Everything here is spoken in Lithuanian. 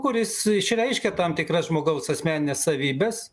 kuris išreiškia tam tikras žmogaus asmenines savybes